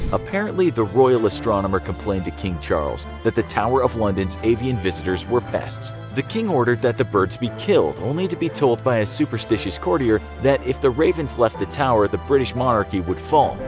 apparently the royal astronomer complained to king charles that the tower of london's avian visitors were pests. the king ordered that the birds be killed, only to be told by a superstitious courtier that if the ravens left the tower, the british monarchy would fall.